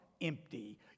empty